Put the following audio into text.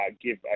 give